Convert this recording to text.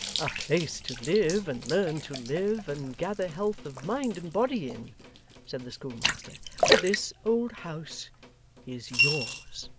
a place to live, and learn to live, and gather health of mind and body in said the schoolmaster for this old house is yours